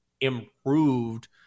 improved